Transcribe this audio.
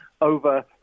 over